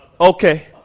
Okay